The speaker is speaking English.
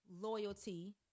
loyalty